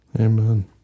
Amen